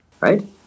right